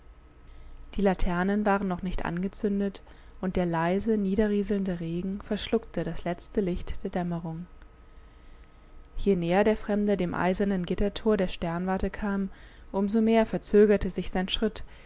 die laternen waren noch nicht angezündet und der leise niederrieselnde regen verschluckte das letzte licht der dämmerung je näher der fremde dem eisernen gittertor der sternwarte kam um so mehr verzögerte sich sein schritt